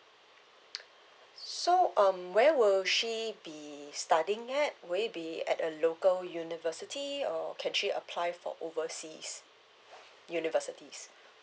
so um where will she be studying at would it be at a local university or can she apply for overseas universities